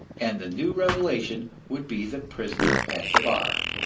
and the new revelation would be the prisoner at the bar.